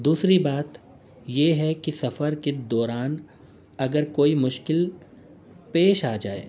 دوسری بات یہ ہے کہ سفر کے دوران اگر کوئی مشکل پیش آ جائے